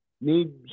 Need